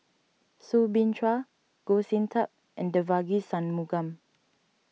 Soo Bin Chua Goh Sin Tub and Devagi Sanmugam